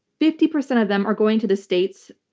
fifty percent of them are going to the states,